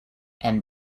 and